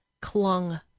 clung